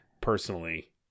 personally